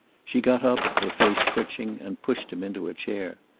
she got up, her face twitching, and pushed him into a chair.